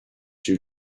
due